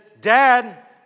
Dad